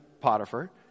Potiphar